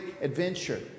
adventure